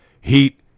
Heat